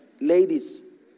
Ladies